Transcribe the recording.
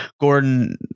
Gordon